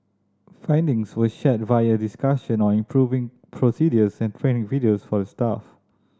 findings were shared via discussion on improving procedures and training videos for the staff